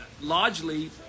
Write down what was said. largely